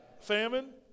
famine